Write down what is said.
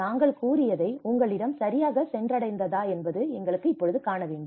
நாங்கள் கூறியதை உங்களிடம் சரியாக சென்றடைந்தது என்பதை காண வேண்டும்